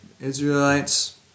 Israelites